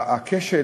הכשל